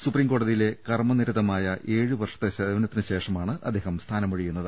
supreme കോടതിയിലെ കർമ്മ നിരതമായ ഏഴു വർഷത്തെ സേവനത്തിനുശേഷമാണ് അദ്ദേഹം സ്ഥാന മൊഴിയുന്നത്